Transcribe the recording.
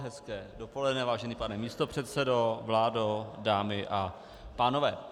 Hezké dopoledne, vážený pane místopředsedo, vládo, dámy a pánové.